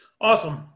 Awesome